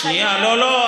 לא.